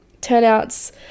turnouts